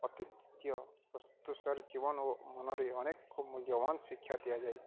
ଅତିତ୍ୟ ଜୀବନ ଓ ମନରେ ଅନେକ ମୂଲ୍ୟବାନ ଶିକ୍ଷା ଦିଆଯାଏ